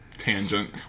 Tangent